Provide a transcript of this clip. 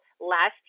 last